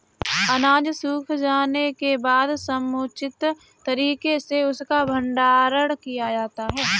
अनाज सूख जाने के बाद समुचित तरीके से उसका भंडारण किया जाता है